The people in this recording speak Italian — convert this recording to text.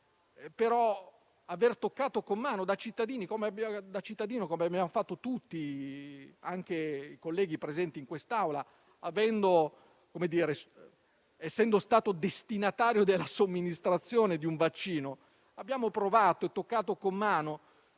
una fase molto difficile, però, come abbiamo fatto tutti, anche i colleghi presenti in quest'Aula, essendo stati destinatari della somministrazione di un vaccino, abbiamo provato e toccato con mano